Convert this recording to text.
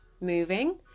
moving